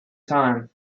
time